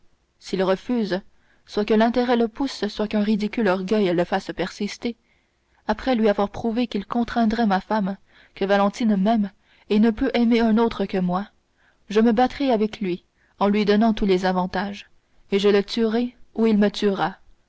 s'il refuse soit que l'intérêt le pousse soit qu'un ridicule orgueil le fasse persister après lui avoir prouvé qu'il contraindrait ma femme que valentine m'aime et ne peut aimer un autre que moi je me battrai avec lui en lui donnant tous les avantages et je le tuerai ou il me tuera